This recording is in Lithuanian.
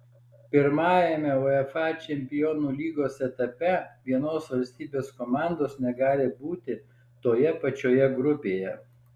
pirmajame uefa čempionų lygos etape vienos valstybės komandos negali būti toje pačioje grupėje